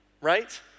right